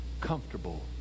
comfortable